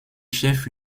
chef